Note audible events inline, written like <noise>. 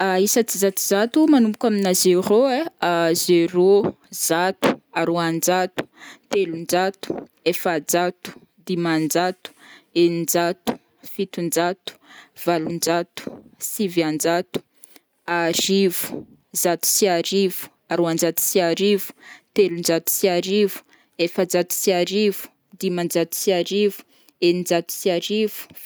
<hesitation> isa tsizatozato manomboka amina zéro ai: <hesitation> zéro, zato, aroan-jato, telonjato, efajato, dimanjato, eninjato, fitonjato, valonjato, sivianjato, arivo, zato sy arivo, aroan-jato sy arivo, telonjato sy arivo, efajato sy arivo, dimanjato sy arivo, eninjato sy arivo.